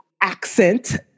accent